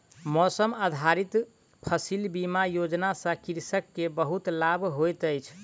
मौसम आधारित फसिल बीमा योजना सॅ कृषक के बहुत लाभ होइत अछि